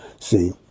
See